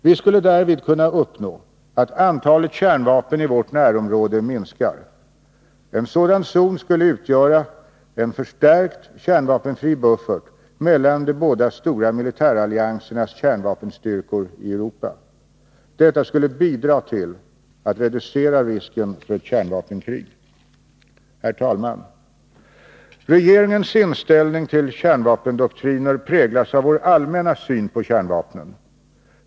Vi skulle därvid kunna uppnå att antalet kärnvapen i vårt närområde minskar. En sådan zon skulle utgöra en förstärkt kärnvapenfri buffert mellan de båda stora militäralliansernas kärnvapenstyrkor i Europa. Detta skulle bidra till att reducera risken för ett kärnvapenkrig. Herr talman! Regeringens inställning till kärnvapendoktriner präglas av vår allmänna syn på kärnvapnen.